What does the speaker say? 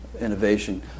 innovation